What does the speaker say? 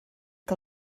que